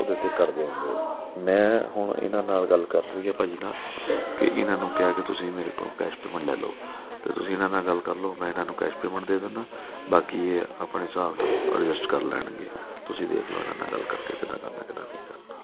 ਉਹਦੇ 'ਤੇੇ ਕਰ ਦੇਵਾਂਗੇ ਮੈਂ ਹੁਣ ਇਹਨਾਂ ਨਾਲ ਗੱਲ ਕਰ ਲਈ ਹੈ ਭਾਅ ਜੀ ਨਾਲ ਅਤੇ ਇਹਨਾਂ ਨੂੰ ਕਿਹਾ ਕਿ ਤੁਸੀਂ ਮੇਰੇ ਕੋਲੋਂ ਕੈਸ਼ ਪੈਮੈਂਟ ਲੈ ਲਓ ਤਾਂ ਤੁਸੀਂ ਇਹਨਾਂ ਨਾਲ ਗੱਲ ਕਰ ਲਓ ਮੈਂ ਇਹਨਾਂ ਨੂੰ ਕੈਸ਼ ਪੇਮੈਂਟ ਦੇ ਦਿੰਦਾ ਬਾਕੀ ਇਹ ਆਪਣੇ ਹਿਸਾਬ ਐਡਜਸਟ ਕਰ ਲੈਣਗੇ ਤੁਸੀਂ ਦੇਖ ਲਓ ਇਹਨਾਂ ਨਾਲ ਗੱਲ ਕਰਕੇ ਕਿੱਦਾਂ ਕਰਨਾ ਕਿੱਦਾ ਨਹੀਂ ਕਰਨਾ